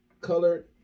colored